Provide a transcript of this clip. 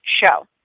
show